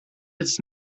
its